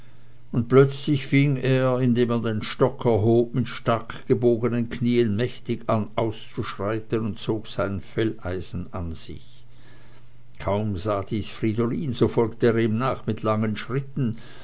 und plötzlich fing er indem er den stock erhob mit stark gebogenen knien mächtig an auszusreiten und zog sein felleisen an sich kaum sah dies fridolin so folgte er ihm nach mit langen schritten